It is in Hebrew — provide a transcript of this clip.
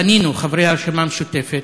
פנינו, חברי הרשימה המשותפת,